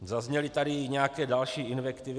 Zazněly tady i nějaké další invektivy.